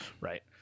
right